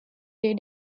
day